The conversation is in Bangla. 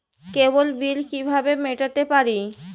কেবল বিল কিভাবে মেটাতে পারি?